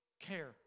care